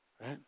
Right